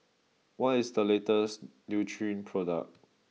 what is the latest Nutren product